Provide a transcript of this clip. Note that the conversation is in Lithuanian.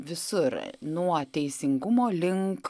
visur nuo teisingumo link